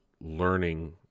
learning